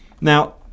Now